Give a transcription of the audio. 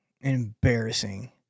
embarrassing